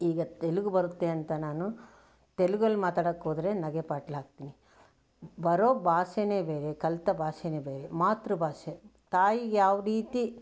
ಈಗ ತೆಲುಗು ಬರುತ್ತೆ ಅಂತ ನಾನು ತೆಲುಗಲ್ಲಿ ಮಾತಾಡೋಕ್ಕೆ ಹೋದರೆ ನಗೆ ಪಾಟಲಾಗ್ತೀನಿ ಬರೋ ಭಾಷೆನೆ ಬೇರೆ ಕಲಿತ ಭಾಷೆನೆ ಬೇರೆ ಮಾತೃ ಭಾಷೆ ತಾಯಿಗೆ ಯಾವ ರೀತಿ